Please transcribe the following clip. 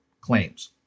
claims